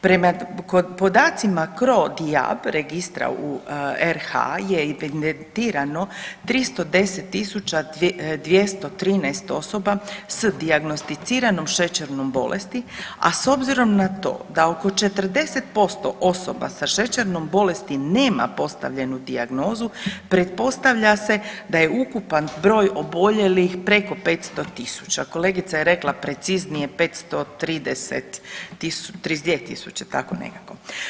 Prema podacima CroDiab registra u RH je evidentirano 310.213 osoba s dijagnosticiranom šećernom bolesti, a s obzirom na to da oko 40% osoba sa šećernom bolesti nema postavljenu dijagnozu pretpostavlja se da je ukupan broj oboljelih preko 500.000, kolegica je rekla preciznije 532.000, tako nekako.